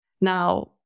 Now